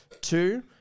Two